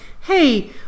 hey